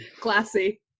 classy